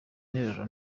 nteruro